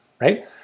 Right